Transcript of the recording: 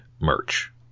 merch